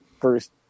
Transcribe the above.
first